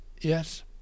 Yes